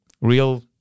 real